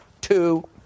Two